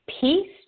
peace